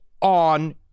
on